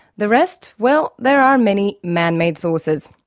the rest well, there are many man-made sources.